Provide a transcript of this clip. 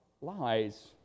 lies